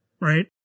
right